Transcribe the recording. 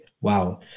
wow